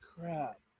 crap